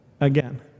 again